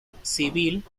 civil